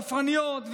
ספרניות,